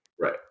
Right